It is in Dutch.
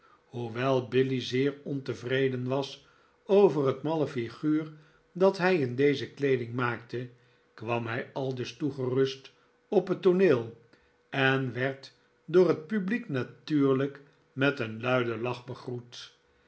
hoewel billy zeer ontevreden was over het malle flguur dat hij in deze kleeding maakte kwam hij aldus toegerust op het tooneel en werd door het publiek natuurlijk met een luiden lach begroet